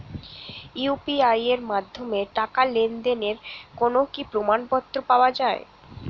UPI এর মাধ্যমে টাকা লেনদেনের কোন কি প্রমাণপত্র পাওয়া য়ায়?